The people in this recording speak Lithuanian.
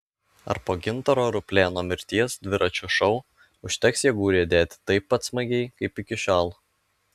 ar po gintaro ruplėno mirties dviračio šou užteks jėgų riedėti taip pat smagiai kaip iki šiol